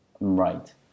Right